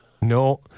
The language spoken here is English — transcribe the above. No